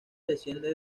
desciende